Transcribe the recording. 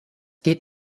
geht